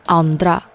andra